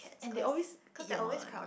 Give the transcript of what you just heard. and they always eat your money